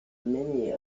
many